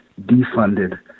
defunded